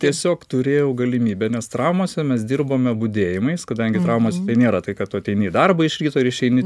tiesiog turėjau galimybę nes tramuose mes dirbome budėjimais kadangi traumos nėra tai kad tu ateini į darbą iš ryto ir išeini